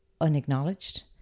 Unacknowledged